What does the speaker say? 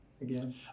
again